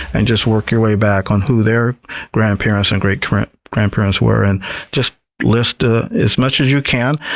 and just work your way back on who their grandparents and great grandparents were, and just list ah as much as you can.